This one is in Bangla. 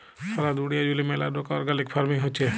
সারা দুলিয়া জুড়ে ম্যালা রোক অর্গ্যালিক ফার্মিং হচ্যে